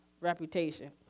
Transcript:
reputation